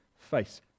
face